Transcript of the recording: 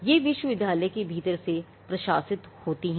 ये विश्वविद्यालय के भीतर से प्रशासित होती हैं